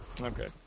Okay